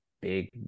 big